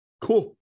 Cool